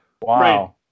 Wow